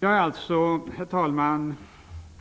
Jag är alltså, herr talman,